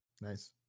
Nice